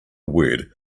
word